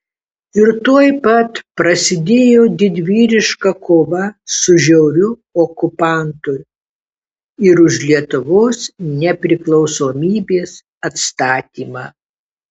ir tuoj pat prasidėjo didvyriška kova su žiauriu okupantu ir už lietuvos nepriklausomybės atstatymą